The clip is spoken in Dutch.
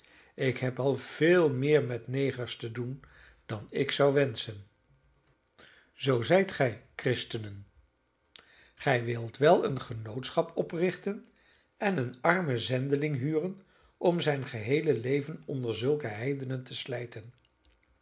ik heb al veel meer met negers te doen dan ik zou wenschen zoo zijt gij christenen gij wilt wel een genootschap oprichten en een armen zendeling huren om zijn geheele leven onder zulke heidenen te slijten